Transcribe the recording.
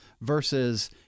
versus